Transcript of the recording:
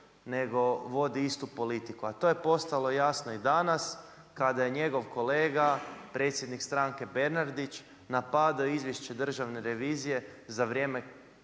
nego vodi istu politiku, a to je postalo jasno i danas kada je njegov kolega predsjednik stranke Bernardić, napadao izvješće Državne revizije za vrijeme,